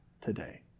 today